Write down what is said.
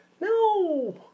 No